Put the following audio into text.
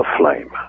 aflame